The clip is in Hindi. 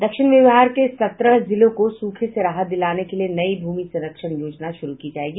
दक्षिण बिहार के सत्रह जिलों को सूखे से राहत दिलाने के लिए नयी भूमि संरक्षण योजना शुरू की जायेगी